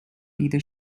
either